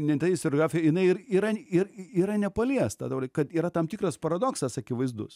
ne tai svarbiausia jinai ir yra ir yra nepaliesta ta pra kad yra tam tikras paradoksas akivaizdus